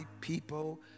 people